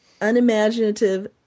unimaginative